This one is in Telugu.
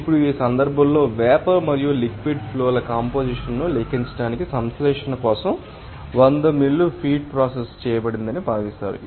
ఇప్పుడు ఈ సందర్భంలో వేపర్ మరియు లిక్విడ్ ఫ్లో ల కంపొజిషన్ ను లెక్కించండి సంశ్లేషణ కోసం వంద మిల్లు ఫీడ్ ప్రాసెస్ చేయబడిందని భావిస్తారు